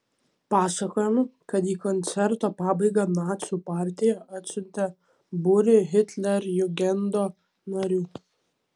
pasakojama kad į koncerto pabaigą nacių partija atsiuntė būrį hitlerjugendo narių